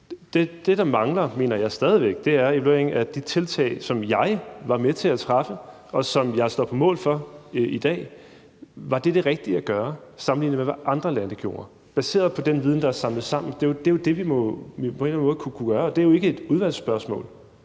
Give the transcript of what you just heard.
Det, der mangler, mener jeg stadig væk er evalueringen af de tiltag, jeg var med til at træffe beslutning om, og som jeg står på mål for i dag. Var det det rigtige at gøre, sammenlignet med hvad andre lande gjorde, baseret på den viden, der er samlet sammen? Det er det, vi på en eller anden måde må kunne gøre, og det er jo ikke et udvalgsspørgsmål.